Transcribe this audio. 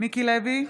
מיקי לוי,